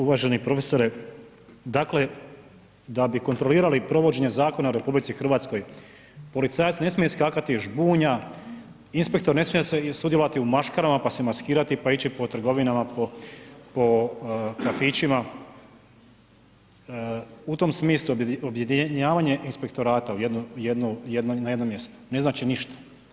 Uvaženi profesore, dakle, da bi kontrolirali provođenje zakona u RH, policajac ne smije iskakati iz žbunja, inspektor ne smije sudjelovati u maškarama, pa se maskirati, pa ići po trgovinama, po kafićima, u tom smislu objedinjavanje inspektorata na jedno mjesto, ne znači ništa.